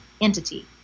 entity